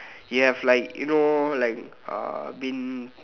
you have like you know like uh been